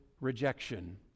rejection